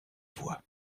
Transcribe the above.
voix